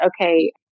okay